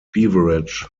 beverage